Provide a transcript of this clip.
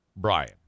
Brian